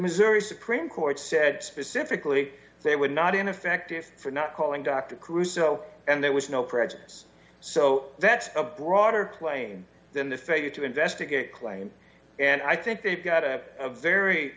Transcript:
missouri supreme court said specifically they would not ineffective for not calling dr caruso and there was no prejudice so that's a broader claim than the failure to investigate claims and i think they've got a very